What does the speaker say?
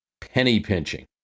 penny-pinching